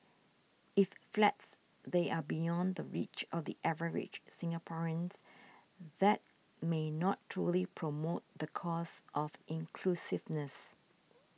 if flats there are beyond the reach of the average Singaporeans that may not truly promote the cause of inclusiveness